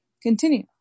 Continue